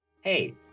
Hey